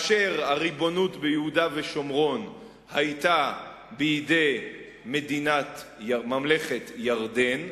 והריבונות ביהודה ושומרון היתה בידי ממלכת ירדן,